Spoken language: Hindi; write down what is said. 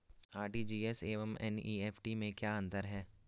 आर.टी.जी.एस एवं एन.ई.एफ.टी में क्या अंतर है?